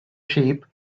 sheep